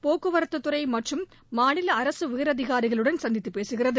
போக்குவரத்துதுறை மற்றும் மாநில அரசு உயர் அதிகாரிகளுடன் சந்தித்து பேசுகிறது